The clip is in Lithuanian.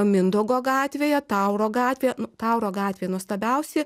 mindaugo gatvėje tauro gatvėje tauro gatvėje nuostabiausi